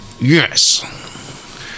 Yes